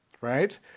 right